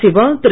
Siva Thiru